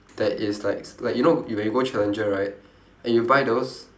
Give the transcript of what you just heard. that is like like you know when you go challenger right and you buy those